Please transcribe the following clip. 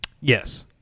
Yes